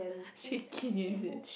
shaking it is